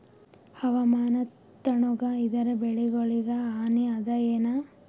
ಹವಾಮಾನ ತಣುಗ ಇದರ ಬೆಳೆಗೊಳಿಗ ಹಾನಿ ಅದಾಯೇನ?